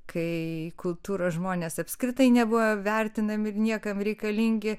kai kultūros žmonės apskritai nebuvo vertinami ir niekam reikalingi